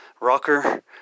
rocker